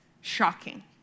shocking